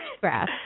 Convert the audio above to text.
grass